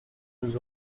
nous